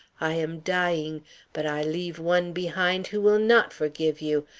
i am dying but i leave one behind who will not forgive you.